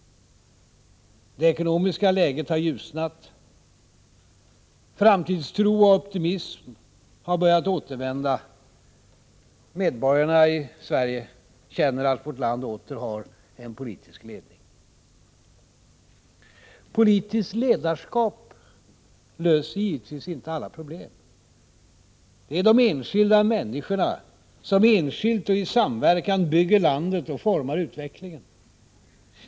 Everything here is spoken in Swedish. Det ekonomiska läget har ljusnat. Framtidstro och optimism har börjat återvända. Medborgarna i Sverige känner att vårt land åter har en politisk ledning. Politiskt ledarskap löser givetvis inte alla problem. Det är de enskilda människorna som — enskilt och i samverkan — bygger landet och formar utvecklingen.